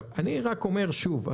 אני רק אומר שוב,